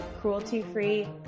cruelty-free